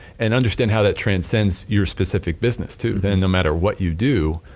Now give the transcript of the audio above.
and understand how that transcends your specific business too then no matter what you do,